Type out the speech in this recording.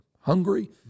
hungry